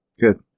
Good